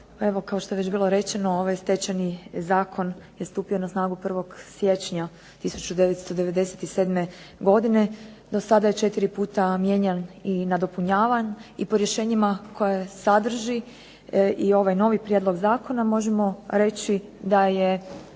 kao što je već bilo rečeno ovaj Stečajni zakon je stupio na snagu 1. siječnja 1997. godine. Do sada je četiri puta mijenjan i nadopunjavan i po rješenjima koja sadrži i ovaj novi prijedlog zakona možemo reći da je